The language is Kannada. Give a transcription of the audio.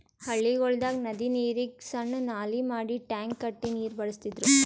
ಹಳ್ಳಿಗೊಳ್ದಾಗ್ ನದಿ ನೀರಿಗ್ ಸಣ್ಣು ನಾಲಿ ಮಾಡಿ ಟ್ಯಾಂಕ್ ಕಟ್ಟಿ ನೀರ್ ಬಳಸ್ತಿದ್ರು